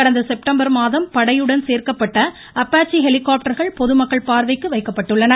கடந்த செப்டம்பர் மாதம் படையுடன் சேர்க்கப்பட்ட அபாச்சி ஹெலிகாப்டர்கள் பொதுமக்கள் பார்வைக்கு வைக்கப்பட்டுள்ளன